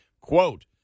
quote